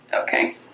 Okay